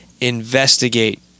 investigate